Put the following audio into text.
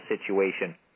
situation